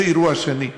זה אירוע שני.